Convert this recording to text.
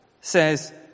says